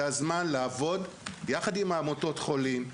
זה הזמן לעבוד יחד עם העמותות של החולים,